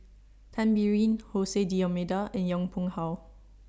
Tan Biyun Jose D'almeida and Yong Pung How